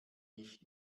nicht